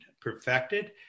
perfected